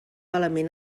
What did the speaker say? element